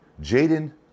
Jaden